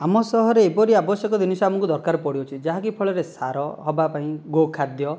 ଆମ ସହରେ ଏପରି ଆବଶ୍ୟକୀୟ ଜିନିଷ ଆମକୁ ଦରକାର ପଡ଼ୁଅଛି ଯାହାକି ଫଳରେ ସାର ହେବା ପାଇଁ ଗୋଖାଦ୍ୟ